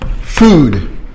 food